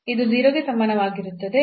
ಇದು 0 ಗೆ ಸಮಾನವಾಗಿರುತ್ತದೆ